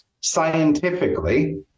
scientifically